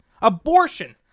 Abortion